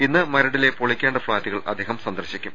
ഇന്ന് മരടിലെ പൊളിക്കേണ്ട ഫ്ളാറ്റുകൾ അദ്ദേഹം സന്ദർശിക്കും